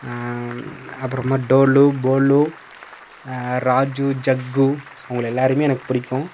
அப்புறமா டோலு போலு ராஜூ ஜக்கு அவங்கள எல்லாேரையுமே எனக்கு பிடிக்கும்